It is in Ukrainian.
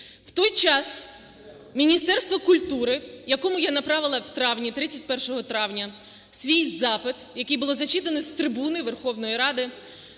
У той час Міністерство культури, якому я направила у травні, 31 травня, свій запит, який було зачитано з трибуни Верховної Ради,